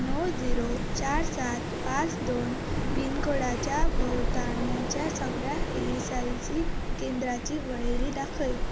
णव जिरो चार सात पांच दोन पिनकोडाच्या भोंवताणाच्या सगळ्या ईएसआयसी केंद्रांची वळेरी दाखय